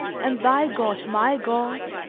and thy god my god,